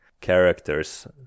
characters